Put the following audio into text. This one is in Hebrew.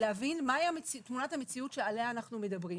להבין מהי תמונת המציאות שעליה אנחנו מדברים.